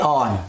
on